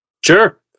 sure